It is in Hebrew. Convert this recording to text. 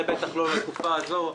זה בטח לא לתקופה הזו,